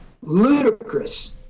ludicrous